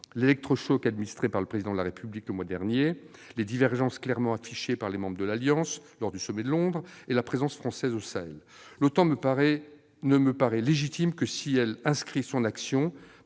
électrochoc » administré par le Président de la République le mois dernier, les divergences clairement affichées par les membres de l'Alliance lors du sommet de Londres et la présence militaire française au Sahel. L'OTAN ne me paraît légitime que si elle inscrit son action